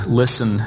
listen